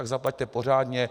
Zaplaťte pořádně.